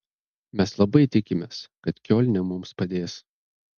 mes labai tikimės kad kiolne mums padės